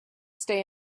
stay